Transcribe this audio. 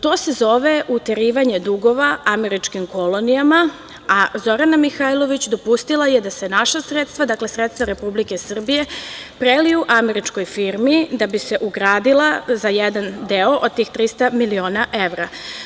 To se zove uterivanje dugova američkim kolonijama, a Zorana Mihajlović dopustila je da se naša sredstva, dakle sredstva Republike Srbije, preliju američkoj firmi i da bi se ugradila za jedan deo od tih 300 miliona evra.